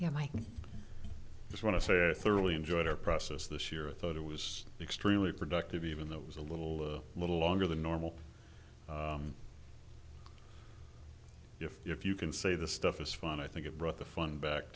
might just want to say i thoroughly enjoyed our process this year i thought it was extremely productive even though it was a little little longer than normal if you if you can say the stuff is fun i think it brought the fun back